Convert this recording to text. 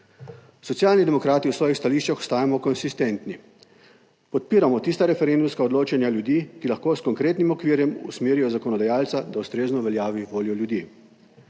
Socialni demokrati v svojih stališčih ostajamo konsistentni. Podpiramo tista referendumska odločanja ljudi, ki lahko s konkretnim okvirjem usmerijo zakonodajalca, da ustrezno uveljavi voljo ljudi.